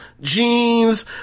jeans